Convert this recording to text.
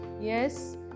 yes